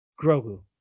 Grogu